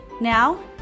Now